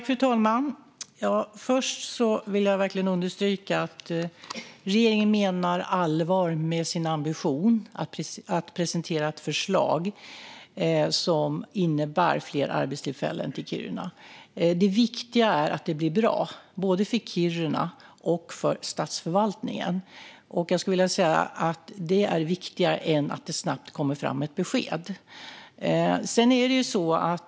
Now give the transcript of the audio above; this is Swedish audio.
Fru talman! Först vill jag verkligen understryka att regeringen menar allvar med sin ambition att presentera ett förslag som innebär fler arbetstillfällen till Kiruna. Det viktiga är att det blir bra, både för Kiruna och för statsförvaltningen. Det är viktigare än att det snabbt kommer fram ett besked.